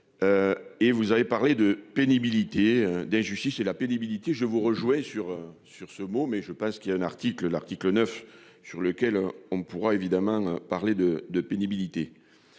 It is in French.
Et vous avez parlé de pénibilité d'injustice et la pénibilité. Je vous rejouer sur sur ce mot mais je pense qu'il y a un article, l'article 9 sur lequel on pourra évidemment parler de de pénibilité.